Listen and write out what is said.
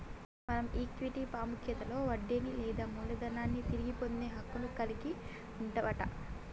మనం ఈక్విటీ పాముఖ్యతలో వడ్డీని లేదా మూలదనాన్ని తిరిగి పొందే హక్కును కలిగి వుంటవట